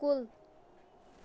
کُل